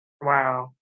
Wow